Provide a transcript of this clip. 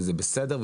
וזה בסדר,